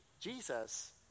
Jesus